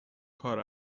کار